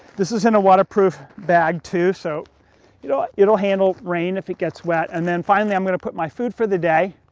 this is in a waterproof bag too, so you know it'll handle rain if it gets wet. and then finally i'm gonna put my food for the day,